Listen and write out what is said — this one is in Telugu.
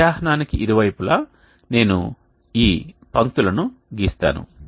మధ్యాహ్నానికి ఇరువైపులా నేను ఈ పంక్తులను గీస్తాను